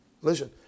listen